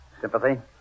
Sympathy